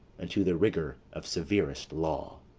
unto the rigour of severest law.